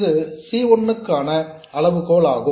இது C 1 க்கான அளவுகோலாகும்